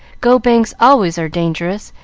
go-bangs always are dangerous,